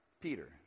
Peter